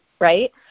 right